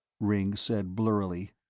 ringg said blurrily.